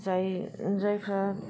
जायफ्रा